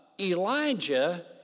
Elijah